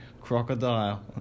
Crocodile